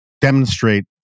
demonstrate